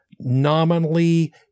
nominally